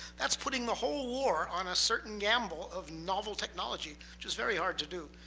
that's putting the whole war on a certain gamble of novel technology, which is very hard to do,